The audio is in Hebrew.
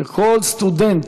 שכל סטודנט